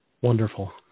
Wonderful